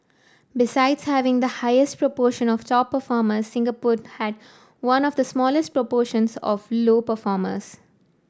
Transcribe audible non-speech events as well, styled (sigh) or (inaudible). besides having the highest proportion of top performers (unintelligible) had one of the smallest proportions of low performers